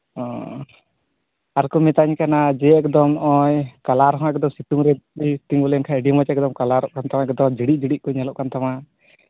ᱚ ᱟᱨᱠᱚ ᱢᱮᱛᱟᱧ ᱠᱟᱱᱟ ᱡᱮ ᱮᱠᱫᱚᱢ ᱱᱚᱜᱼᱚᱭ ᱠᱟᱞᱟᱨ ᱦᱚᱸ ᱥᱤᱛᱩᱝ ᱨᱮ ᱛᱤᱸᱜᱩ ᱞᱮᱱᱠᱷᱟᱱ ᱟᱹᱰᱤ ᱢᱚᱡᱽ ᱮᱠᱫᱚᱢ ᱠᱟᱞᱟᱨᱚᱜ ᱠᱟᱱ ᱛᱟᱢᱟ ᱮᱠᱫᱚᱢ ᱡᱤᱲᱤᱡ ᱡᱤᱲᱤᱡ ᱠᱚ ᱧᱮᱞᱚᱜ ᱠᱟᱱ ᱛᱟᱢᱟ